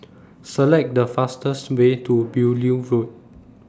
Select The fastest Way to Beaulieu Road